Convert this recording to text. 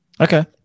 Okay